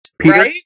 Peter